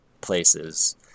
places